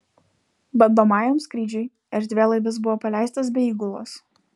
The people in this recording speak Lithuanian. bandomajam skrydžiui erdvėlaivis buvo paleistas be įgulos